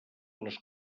les